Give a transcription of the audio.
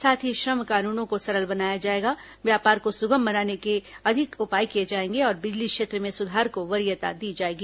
साथ ही श्रम कानूनों को सरल बनाया जाएगा व्यापार को सुगम बनाने के अधिक उपाय किए जाएंगे और बिजली क्षेत्र में सुधार को वरीयता दी जाएगी